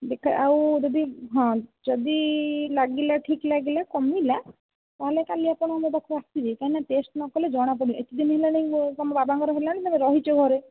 ଦେଖିବା ଆଉ ଯଦି ହଁ ଯଦି ଲାଗିଲା ଠିକ୍ ଲାଗିଲା କମିଲା ତା'ହେଲେ କାଲି ଆପଣ ମୋ ପାଖକୁ ଆସିବେ କାହିଁକି ନା ଟେଷ୍ଟ ନ କରିଲେ ଜଣା ପଡ଼ିବନି ଏତେ ଦିନ ହେଲାଣି ତୁମ ବାବାଙ୍କର ହେଲାଣି ତୁମେ ରହିଛ ଘରେ